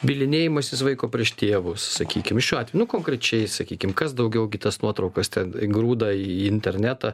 bylinėjimasis vaiko prieš tėvus sakykim šiuo atveju konkrečiai sakykim kas daugiau gi tas nuotraukas ten įgrūda į internetą